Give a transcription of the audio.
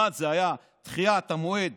אחד היה דחיית המועד